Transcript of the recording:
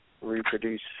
reproduce